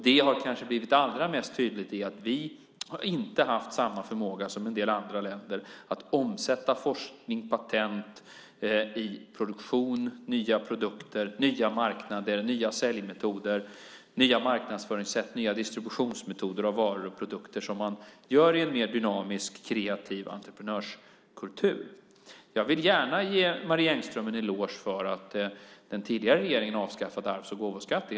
Det har kanske blivit allra mest tydligt genom att vi inte har haft samma förmåga som en del andra länder att omsätta forskning och patent i produktion, nya produkter, nya marknader, nya säljmetoder, nya marknadsföringssätt och nya distributionsmetoder av varor och produkter som sker i en mer dynamisk och kreativ entreprenörskultur. Jag vill gärna ge Marie Engström en eloge för att den tidigare regeringen avskaffade arvs och gåvoskatten.